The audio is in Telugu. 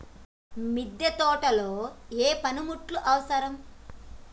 మిద్దె తోటలో ఏ పనిముట్లు అవసరం?